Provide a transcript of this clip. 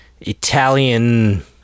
Italian